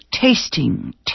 Tasting